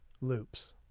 loops